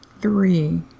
three